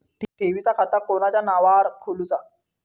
ठेवीचा खाता कोणाच्या नावार खोलूचा?